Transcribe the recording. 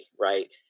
right